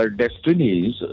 destinies